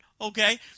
Okay